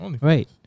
Right